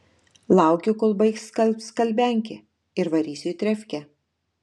laukiu kol baigs skalbt skalbiankė ir varysiu į trefkę